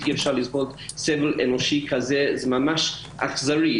לא יכולה לסבול סבל אנושי כזה שהוא ממש אכזרי.